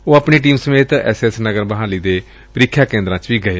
ਉਹ ਆਪਣੀ ਟੀਮ ਸਮੇਤ ਐੱਸਏਐੱਸ ਨਗਰ ਮੁਹਾਲੀ ਦੇ ਪ੍ਰੀਖਿਆ ਕੇਂਦਰਾਂ ਵਿੱਚ ਵੀ ਗਏ